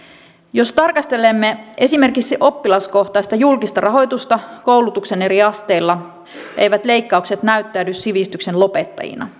jos tarkastelemme esimerkiksi oppilaskohtaista julkista rahoitusta koulutuksen eri asteilla eivät leikkaukset näyttäydy sivistyksen lopettajina